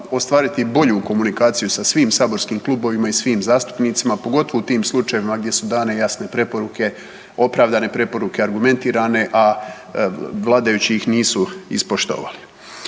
ostvariti bolju komunikaciju sa svim saborskim klubovima i svim zastupnicima pogotovo u tim slučajevima gdje su dane jasne preporuke, opravdane preporuke, argumentirane, a vladajući ih nisu ispoštovali.